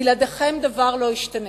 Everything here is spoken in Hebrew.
בלעדיכם דבר לא ישתנה.